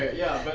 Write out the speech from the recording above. yeah, but.